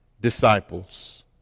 disciples